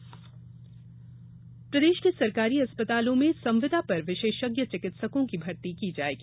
चिकित्सक भर्ती प्रदेश के सरकारी अस्पतालों में संविदा पर विशेषज्ञ चिकित्सकों की भर्ती की जाएगी